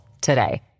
today